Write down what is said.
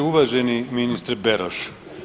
Uvaženi ministre Beroš.